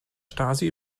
stasi